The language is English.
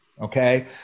Okay